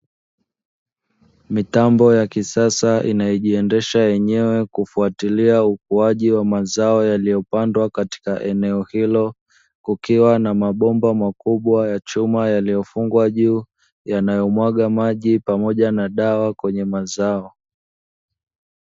Mitambo ya kisasa inayojiendesha yenyewe, kufuatilia ukuaji wa mazao yaliyopandwa katika eneo hilo, kukiwa na mabomba makubwa ya chuma yaliyofungwa juu, yanayomwaga maji pamoja na dawa kwenye mazao.